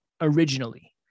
originally